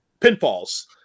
pinfalls